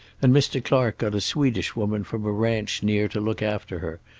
and mr. clark got a swedish woman from a ranch near to look after her,